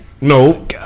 No